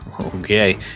Okay